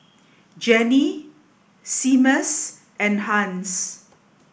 Jenni Seamus and Hans